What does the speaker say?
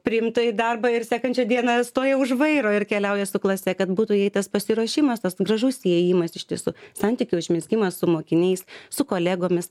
priimta į darbą ir sekančią dieną stoja už vairo ir keliauja su klase kad būtų jei tas pasiruošimas tas gražus įėjimas iš tiesų santykių užmezgimas su mokiniais su kolegomis